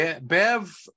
bev